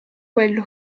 quello